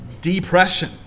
depression